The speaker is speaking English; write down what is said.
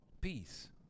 peace